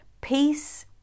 peace